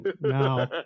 No